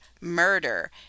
murder